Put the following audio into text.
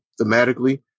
thematically